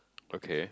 okay